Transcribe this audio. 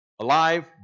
Alive